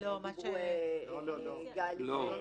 שדיברו גלי וציפורת.